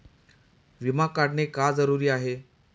विमा काढणे का जरुरी आहे?